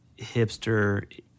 hipster